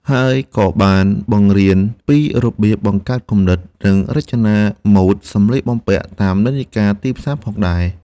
ហើយក៏បាន បង្រៀនពីរបៀបបង្កើតគំនិត និងរចនាម៉ូដសម្លៀកបំពាក់តាមនិន្នាការទីផ្សារផងដែរ។